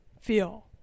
feel